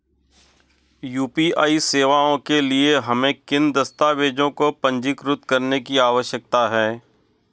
UPI सेवाओं के लिए हमें किन दस्तावेज़ों को पंजीकृत करने की आवश्यकता है?